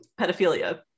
pedophilia